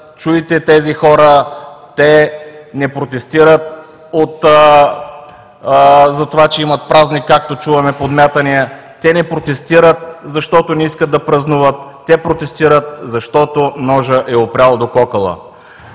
чуйте тези хора, те не протестират за това, че имат празник, както чуваме подмятания. Те не протестират защото не искат да празнуват. Те протестират, защото ножът е опрял до кокала.